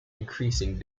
increasing